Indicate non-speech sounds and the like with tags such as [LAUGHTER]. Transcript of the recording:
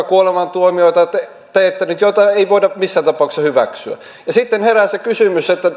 [UNINTELLIGIBLE] kuolemantuomioita ja tehnyt sellaisia tekoja joita ei voida missään tapauksessa hyväksyä ja sitten herää se kysymys että [UNINTELLIGIBLE]